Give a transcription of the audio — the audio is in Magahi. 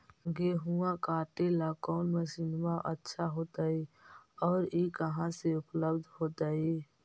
गेहुआ काटेला कौन मशीनमा अच्छा होतई और ई कहा से उपल्ब्ध होतई?